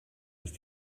ist